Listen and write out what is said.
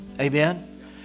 Amen